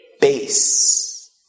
base